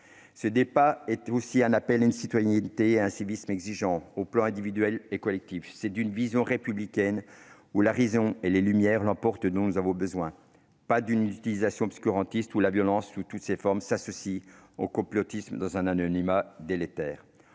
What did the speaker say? Ce débat est aussi un appel à une citoyenneté et un civisme exigeants, aux plans individuel et collectif. C'est d'une vision républicaine, où la raison et les lumières l'emportent, que nous avons besoin, pas d'un usage obscurantiste où la violence sous toutes ses formes s'associe au complotisme dans un anonymat délétère.